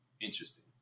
Interesting